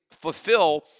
fulfill